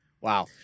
Wow